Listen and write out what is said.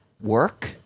work